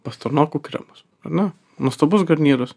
pastarnokų kremas ar ne nuostabus garnyrus